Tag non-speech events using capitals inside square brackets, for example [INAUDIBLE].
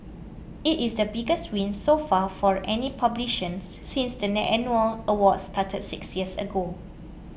it is the biggest win so far for any [UNINTELLIGIBLE] since the annual awards started six years ago